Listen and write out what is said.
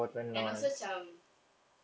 and also macam